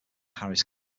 harris